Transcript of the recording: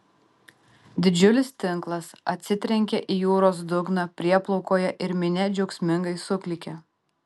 didžiulis tinklas atsitrenkia į jūros dugną prieplaukoje ir minia džiaugsmingai suklykia